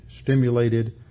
stimulated